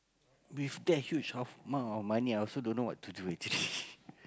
with that huge of amount of money I also don't know what to do actually